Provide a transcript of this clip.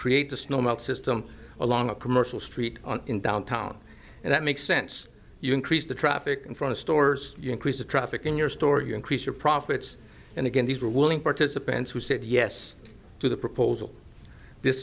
create the snow melt system along a commercial street in downtown and that makes sense you increase the traffic in front of stores you increase the traffic in your store you increase your profits and again these are willing participants who said yes to the proposal this